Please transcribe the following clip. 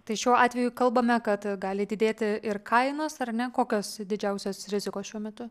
tai šiuo atveju kalbame kad gali didėti ir kainos ar ne kokios didžiausios rizikos šiuo metu